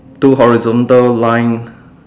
two horizontal lines